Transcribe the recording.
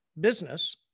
business